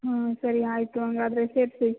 ಹಾಂ ಸರಿ ಆಯಿತು ಹಂಗಾದರೆ ಸೇರಿಸಿ